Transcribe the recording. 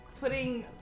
putting